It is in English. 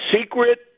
secret